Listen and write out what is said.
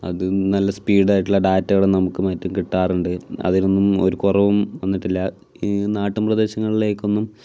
അതും നല്ല സ്പീഡായിട്ടുള്ള ഡാറ്റകളും നമുക്ക് മറ്റും കിട്ടാറുണ്ട് അതിനൊന്നും ഒരു കുറവും വന്നിട്ടില്ല ഈ നാട്ടിൻ പ്രദേശങ്ങളിലേക്കൊന്നും